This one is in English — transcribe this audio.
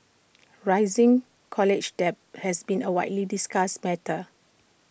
rising college debt has been A widely discussed matter